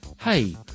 hey